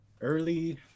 early –